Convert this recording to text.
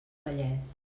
vallès